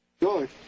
George